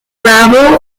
gravel